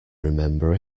remember